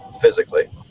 physically